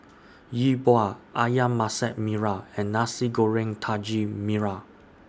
Yi Bua Ayam Masak Merah and Nasi Goreng Daging Merah